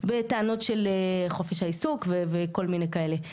בטענות של חופש העיסוק וכל מיני כאלה.